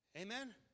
Amen